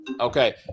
Okay